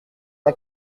n’a